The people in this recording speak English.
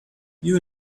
you